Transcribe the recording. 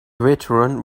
veteran